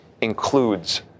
includes